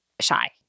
shy